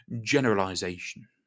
generalization